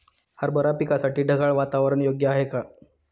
हरभरा पिकासाठी ढगाळ वातावरण योग्य आहे का?